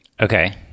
Okay